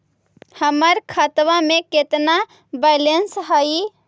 हमर खतबा में केतना बैलेंस हई?